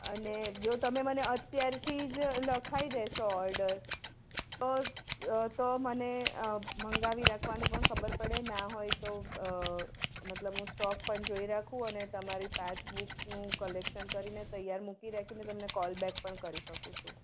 અને જો તમે મને અત્યારથી જ લખાઈ દેશો ઓર્ડર તો તો મને મંગાવી રાખવાની પણ ખબર પડે ના હોય તો મતલબ હું સ્ટોક પણ જોઈ રાખું અને તમારી પાંચ બૂકનું કલેકશન કરીને તૈયાર મૂકી રાખીને તમને કોલબેક પણ કરી શકું છું